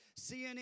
CNN